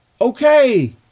Okay